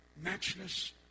matchless